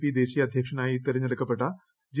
P ദേശീയ അധ്യക്ഷനായി തെരഞ്ഞെടുക്കപ്പെട്ട ജെ